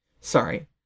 sorry